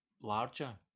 larger